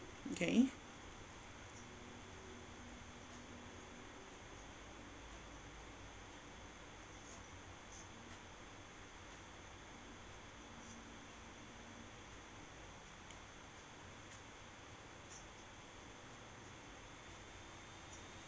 okay